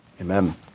amen